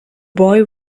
boy